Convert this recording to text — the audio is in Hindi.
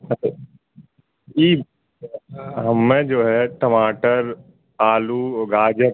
ओके जी मैं जो है टमाटर आलू और गाजर